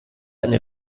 eine